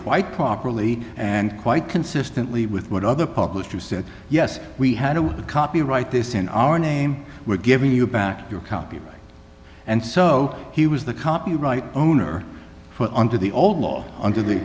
quite properly and quite consistently with what other publishers said yes we had to copyright this in our name we're giving you back your copyright and so he was the copyright owner for under the old l